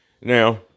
Now